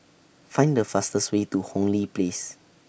Find The fastest Way to Hong Lee Place